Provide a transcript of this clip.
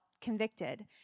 convicted